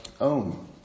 own